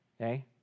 Okay